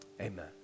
Amen